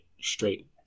straight